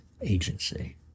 agency